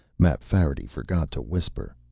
mapfarity forgot to whisper.